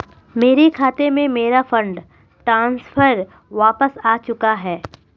मेरे खाते में, मेरा फंड ट्रांसफर वापस आ चुका है